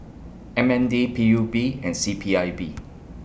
M N D P U B and C P I B